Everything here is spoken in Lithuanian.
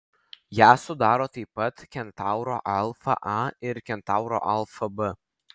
ją sudaro taip pat kentauro alfa a ir kentauro alfa b